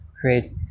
create